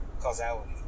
causality